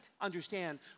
understand